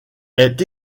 est